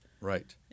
Right